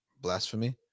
blasphemy